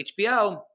HBO